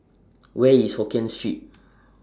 Where IS Hokien Street